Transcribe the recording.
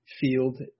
field